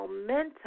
momentum